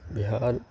بہار